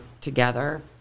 together